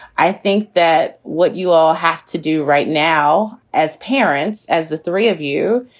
i think that what you all have to do right now as parents, as the three of you.